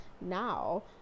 now